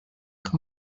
god